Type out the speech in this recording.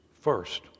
First